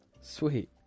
Sweet